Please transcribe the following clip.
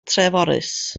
treforys